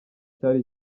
cyari